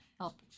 help